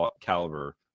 caliber